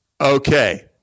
Okay